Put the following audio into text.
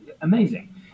amazing